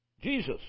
Jesus